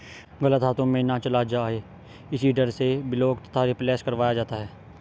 गलत हाथों में ना चला जाए इसी डर से ब्लॉक तथा रिप्लेस करवाया जाता है